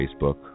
Facebook